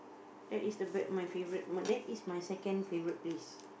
that is the back of my favourite that is my second favourite place